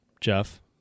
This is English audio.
Jeff